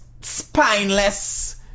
spineless